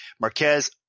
Marquez